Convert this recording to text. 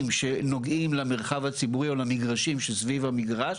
שנוגעים למרחב הציבורי או למגרשים שסביב המגרש,